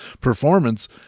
performance